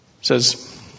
says